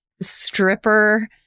stripper